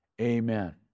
Amen